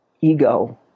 ego